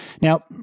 Now